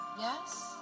Yes